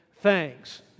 thanks